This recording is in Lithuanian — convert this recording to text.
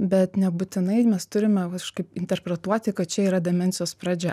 bet nebūtinai mes turime visiškai interpretuoti kad čia yra demencijos pradžia